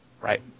right